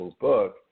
book